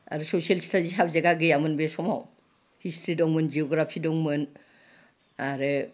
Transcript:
आरो social studies साबजेक्टआ गैयामोन बे समाव हिस्ट्रि दंमोन जिअ'ग्राफि दंमोन आरो